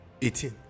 18